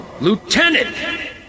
Lieutenant